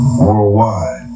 worldwide